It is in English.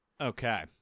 Okay